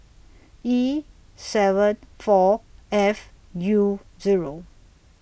E seven four F U Zero